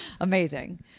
amazing